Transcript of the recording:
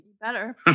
Better